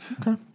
Okay